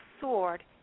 sword